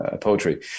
poetry